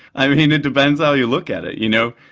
i mean it depends how you look at it, you know,